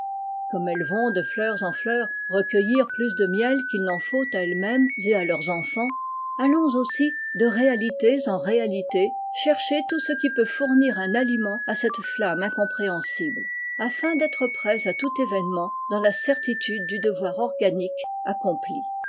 conâme elles vont de fleurs en fleurs recueillir plus de miel qu'ils n'en faut à elles-mêmes et à leurs entants allons aussi de réalités en réalités chercher tout ce qui peut fournir un aliment à cette flamme incompréhensible afin d'être prêts à tout événement dans la certitude du devoir organique accompli